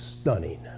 stunning